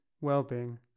well-being